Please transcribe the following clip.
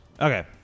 Okay